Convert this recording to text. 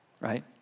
Right